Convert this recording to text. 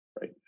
right